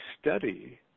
study